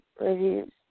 reviews